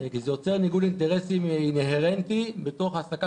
כי זה יוצר ניגוד אינטרסים אינהרנטי בתוך העסקה